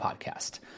Podcast